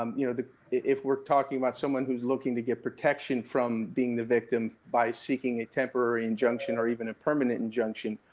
um you know if we're talking about someone whose looking to get protection from being the victim, by seeking a temporary injunction, or even a permanent injunction,